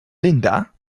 linda